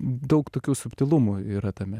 daug tokių subtilumų yra tame